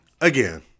Again